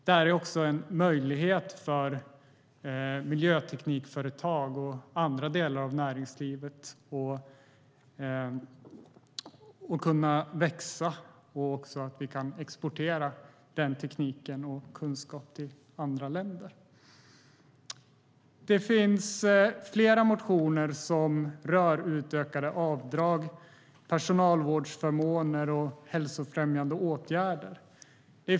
Det här är också en möjlighet för miljöteknikföretag och andra delar av näringslivet att växa och att exportera denna teknik och kunskap till andra länder. Det finns flera motioner som rör utökade avdrag, personalvårdsförmåner och hälsofrämjande åtgärder.